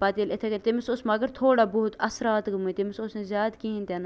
پَتہٕ ییٚلہِ یِتھٕے کٔنۍ تٔمِس اوس مَگر تھوڑا بہت اثرات گٲمٕتۍ تٔمِس سُہ اوس نہٕ زیادٕ کِہیٖنٛۍ تہِ نہٕ